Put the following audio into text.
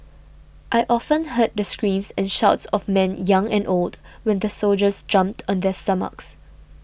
I often heard the screams and shouts of men young and old when the soldiers jumped on their stomachs